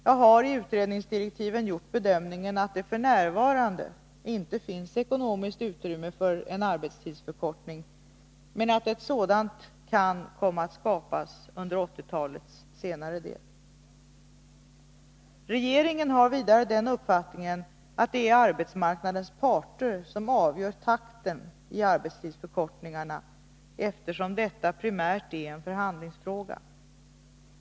Jag har i utredningsdirektiven gjort bedömningen att det f.n. inte finns något ekonomiskt utrymme för en arbetstidsförkortning men att ett sådant kan komma att skapas under 1980-talets senare del. Regeringen har vidare den uppfattningen att det är arbetsmarknadens parter som avgör takten i arbetstidsförkortningarna, eftersom detta primärt är en förhandlingsfråga.